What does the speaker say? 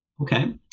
okay